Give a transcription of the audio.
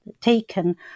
taken